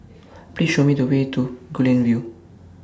Please Show Me The Way to Guilin View